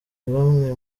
bamwe